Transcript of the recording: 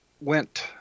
went